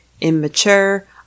immature